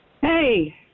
Hey